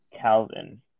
Calvin